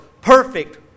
perfect